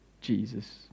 Jesus